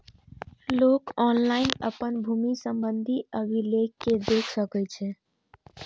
लोक ऑनलाइन अपन भूमि संबंधी अभिलेख कें देख सकै छै